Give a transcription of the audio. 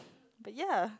but ya